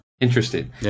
Interesting